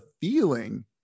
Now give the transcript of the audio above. feeling